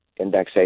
indexation